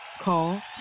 Call